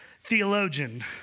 theologian